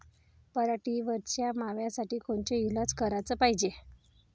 पराटीवरच्या माव्यासाठी कोनचे इलाज कराच पायजे?